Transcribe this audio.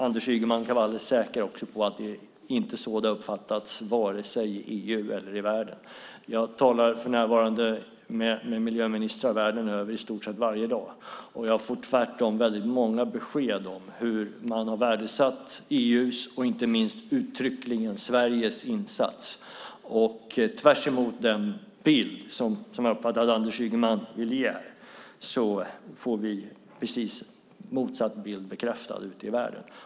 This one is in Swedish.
Anders Ygeman kan vara alldeles säker på att det inte är så det har uppfattats vare sig i EU eller i världen. Jag talar för närvarande med miljöministrar världen över i stort sett varje dag. Jag får många besked om att man har värdesatt EU:s och inte minst, uttryckligen, Sveriges insats. Den bild vi får bekräftad ute i världen är precis motsatsen till den bild som Anders Ygeman vill ge.